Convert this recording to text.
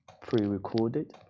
pre-recorded